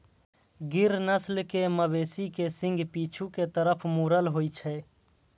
गिर नस्ल के मवेशी के सींग पीछू के तरफ मुड़ल होइ छै